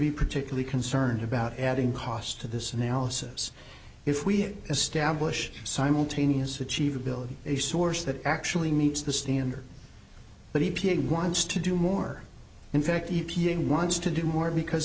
be particularly concerned about adding costs to this analysis if we establish simultaneous achievability a source that actually meets the standard but he wants to do more in fact the e p a wants to do more because